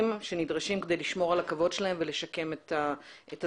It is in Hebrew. שנדרשים כדי לשמור על הכבוד שלהם ולשקם את עצמם.